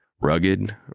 Rugged